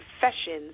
Confessions